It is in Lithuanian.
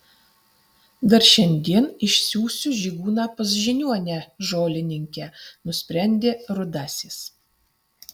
dar šiandien išsiųsiu žygūną pas žiniuonę žolininkę nusprendė rudasis